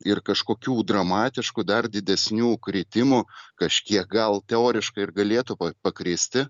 ir kažkokių dramatiškų dar didesnių kritimų kažkiek gal teoriškai ir galėtų pakristi